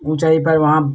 ऊँचाई पर वहाँ